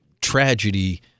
tragedy